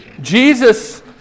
Jesus